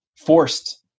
forced